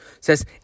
says